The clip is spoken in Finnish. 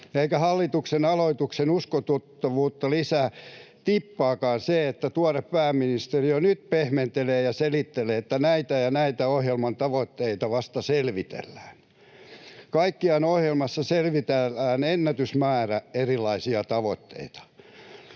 Eikä hallituksen aloituksen uskottavuutta lisää tippaakaan se, että tuore pääministeri jo nyt pehmentelee ja selittelee, että näitä ja näitä ohjelman tavoitteita vasta selvitellään. Kaikkiaan ohjelmassa selvitellään ennätysmäärä erilaisia tavoitteita.